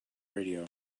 radio